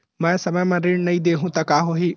मैं समय म ऋण नहीं देहु त का होही